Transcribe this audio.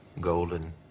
golden